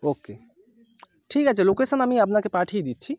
ওকে ঠিক আছে লোকেশন আমি আপনাকে পাঠিয়ে দিচ্ছি